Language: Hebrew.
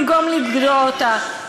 במקום לגדוע אותה.